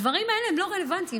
הדברים האלה הם לא רלוונטיים.